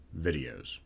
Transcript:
videos